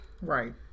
Right